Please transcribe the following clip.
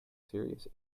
serious